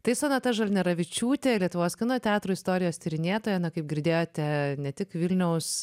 tai sonata žalneravičiūtė lietuvos kino teatrų istorijos tyrinėtoja na kaip girdėjote ne tik vilniaus